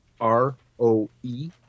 R-O-E